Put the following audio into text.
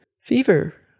Fever